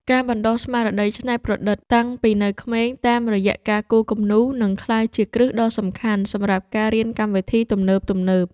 ការបណ្តុះស្មារតីច្នៃប្រឌិតតាំងពីនៅក្មេងតាមរយៈការគូរគំនូរនឹងក្លាយជាគ្រឹះដ៏សំខាន់សម្រាប់ការរៀនកម្មវិធីទំនើបៗ។